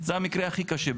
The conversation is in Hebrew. זה המקרה הכי קשה.